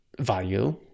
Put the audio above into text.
value